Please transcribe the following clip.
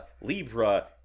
Libra